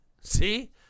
See